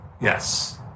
Yes